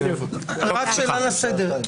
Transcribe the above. שאלה לסדר.